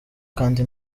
kandi